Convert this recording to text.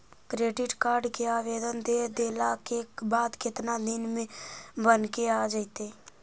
Credit card के आवेदन दे देला के बाद केतना दिन में बनके आ जइतै?